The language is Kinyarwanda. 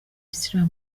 islam